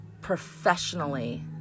professionally